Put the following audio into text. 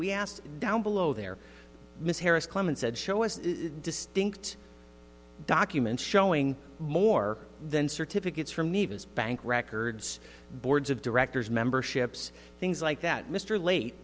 we asked down below there mr harris clemens said show us a distinct document showing more than certificates from eva's bank records boards of directors memberships things like that mr late